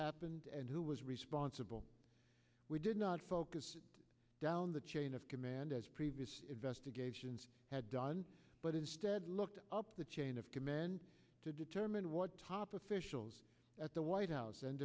happened and who was responsible we did not focus down the chain of command as previous investigations had done but instead looked up the chain of command to determine what top officials at the white house